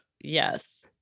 Yes